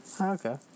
Okay